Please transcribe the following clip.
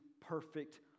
perfect